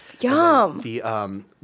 yum